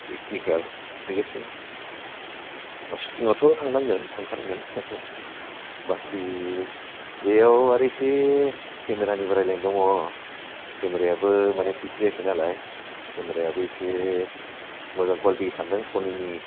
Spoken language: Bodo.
बेखिनिखौ आं सोग्रोनोसै सुथिङाथ' थांनांगोन थांखानांगोन हो हो बाखि बेयाव आरो इसे केमेरानिबो रायलायनाय दङ केमेरायाबो मानि फिक्स जायाखै नालाय केमेरायाबो इसे मोजां कुवालिटि सानदों सनिनि